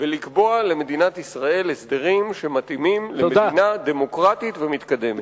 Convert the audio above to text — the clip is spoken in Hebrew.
ולקבוע למדינת ישראל הסדרים שמתאימים למדינה דמוקרטית ומתקדמת.